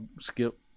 Skip